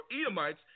Edomites